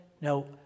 no